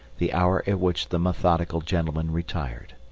the hour at which the methodical gentleman retired.